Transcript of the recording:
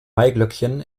maiglöckchen